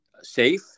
safe